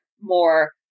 more